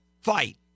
fight